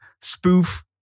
spoof